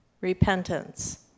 repentance